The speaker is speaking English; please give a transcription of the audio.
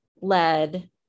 led